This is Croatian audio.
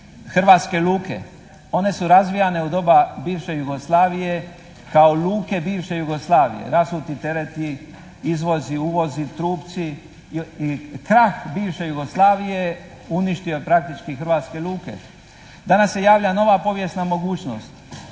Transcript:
hrvatske luke. One su razvijane u doba bivše Jugoslavije kao luke bivše Jugoslavije, rasuti tereti, izvozi, uvozi, trupci i krah bivše Jugoslavije je uništio praktički hrvatske luke. Danas se javlja nova povijesna mogućnost.